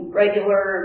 regular